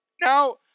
Now